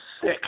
sick